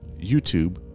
YouTube